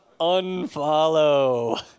Unfollow